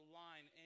line